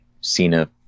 Cena